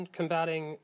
combating